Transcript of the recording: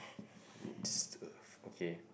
good stuff okay